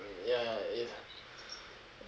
ya if